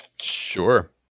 Sure